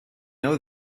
know